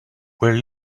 where